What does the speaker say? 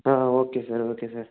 okay sir okay sir